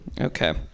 Okay